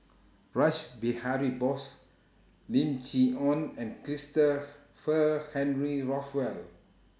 Rash Behari Bose Lim Chee Onn and Christopher Henry Rothwell